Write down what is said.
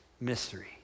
mystery